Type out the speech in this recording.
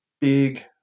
big